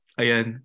ayan